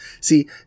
See